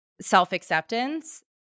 self-acceptance